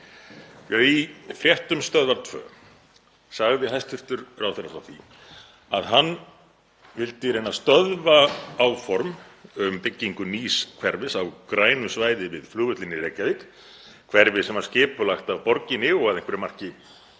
í fréttum Stöðvar 2 sagði hæstv. ráðherra frá því að hann vildi reyna að stöðva áform um byggingu nýs hverfis á grænu svæði við flugvöllinn í Reykjavík, hverfis sem skipulagt er af borginni og að einhverju marki